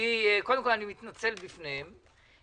קודם כול, אני מתנצל בפניהם.